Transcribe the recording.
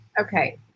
okay